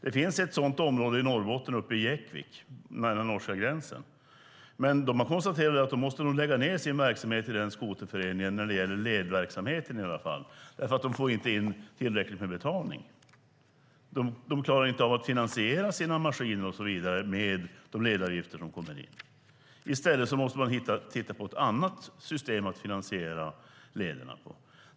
Det finns ett sådant område i Norrbotten, uppe i Jäckvik nära norska gränsen. Men de har konstaterat att de nog måste lägga ned verksamheten i den skoterföreningen, i alla fall ledverksamheten, eftersom de inte får in tillräckligt med betalning. De klarar inte av att finansiera sina maskiner och så vidare med de ledavgifter som kommer in. I stället måste man titta på ett annat system för att finansiera lederna.